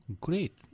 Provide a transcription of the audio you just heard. Great